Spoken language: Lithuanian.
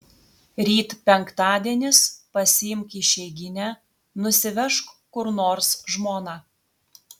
ryt penktadienis pasiimk išeiginę nusivežk kur nors žmoną